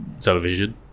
television